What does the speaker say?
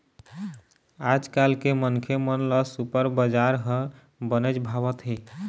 आजकाल के मनखे मन ल सुपर बजार ह बनेच भावत हे